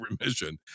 remission